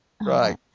Right